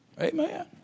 Amen